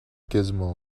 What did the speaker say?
gizmo